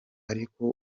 ariko